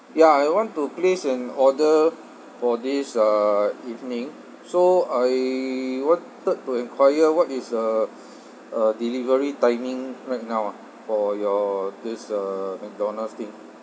ya I want to place an order for this uh evening so I wanted to enquire what is the uh delivery timing right now ah for your this uh mcdonald's thing